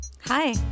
Hi